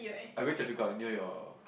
I going Choa-Chu-Kang near your